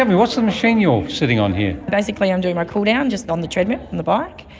um what's the machine you are sitting on here? basically i'm doing my cool-down, just on the treadmill, on the bike,